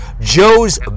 Joe's